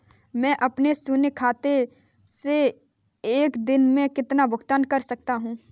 मैं अपने शून्य खाते से एक दिन में कितना भुगतान कर सकता हूँ?